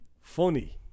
funny